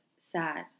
sad